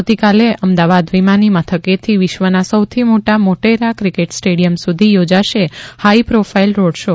આવતીકાલે અમદાવાદ વિમાની મથકેથી વિશ્વના સૌથી મોટા મોટેરા ક્રિકેટ સ્ટેડીયમ સુધી યોજાશે હાઇ પ્રોફાઇલ રોડ શો